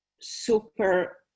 super